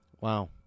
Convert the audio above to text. Wow